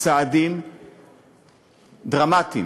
צעדים דרמטיים,